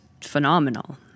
phenomenal